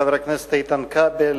חבר הכנסת איתן כבל,